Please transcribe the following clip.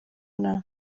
nta